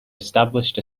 established